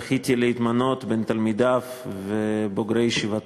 זכיתי להימנות עם תלמידיו ובוגרי ישיבתו,